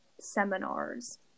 seminars